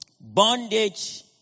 Bondage